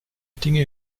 dinge